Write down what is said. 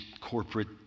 corporate